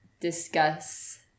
discuss